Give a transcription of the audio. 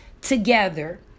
together